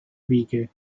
wege